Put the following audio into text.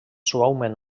suaument